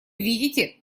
видите